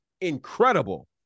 incredible